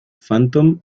phantom